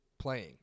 playing